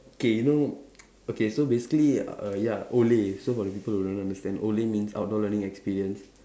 okay you know okay so basically uh ya ole so for the people who don't understand ole means outdoor learning experience